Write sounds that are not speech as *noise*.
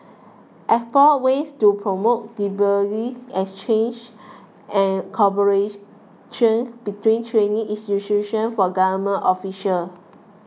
explore ways to promote *unintelligible* exchange and cooperation between training institutions for government official